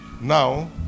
now